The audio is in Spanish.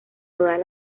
todas